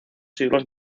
siglos